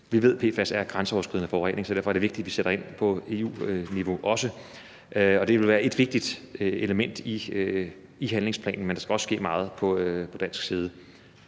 med PFAS er grænseoverskridende, så derfor er det vigtigt, at vi også sætter ind på EU-niveau, og det vil være et vigtigt element i handlingsplanen, men der skal også ske meget på dansk side.